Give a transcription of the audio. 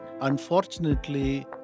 Unfortunately